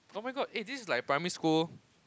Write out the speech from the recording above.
oh my god eh this is like a primary school